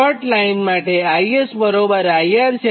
short line માટે ISIR છે